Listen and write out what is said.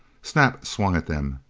snap swung at them.